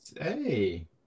hey